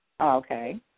Okay